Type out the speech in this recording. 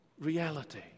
reality